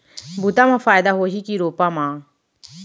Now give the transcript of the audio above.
बुता म फायदा होही की रोपा म?